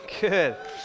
Good